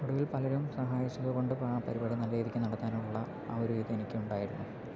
ഒടുവിൽ പലരും സഹായിച്ചത് കൊണ്ട് ആ പരിപാടി നല്ല രീതിക്ക് നടത്താനുള്ള ആ ഒരു ഇത് എനിക്കുണ്ടായിരുന്നു